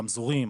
הרמזורים,